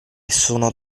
sono